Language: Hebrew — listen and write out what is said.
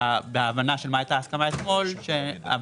בהבנה של מה הייתה ההסכמה אתמול שהוועדה.